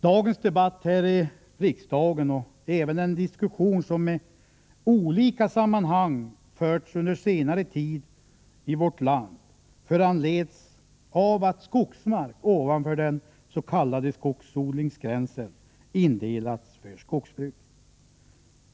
Dagens debatt här i riksdagen, och även den diskussion som i olika sammanhang förts under senare tid i vårt land, föranleds av att skogsmark ovanför den s.k. skogsodlingsgränsen indelats för skogbruk.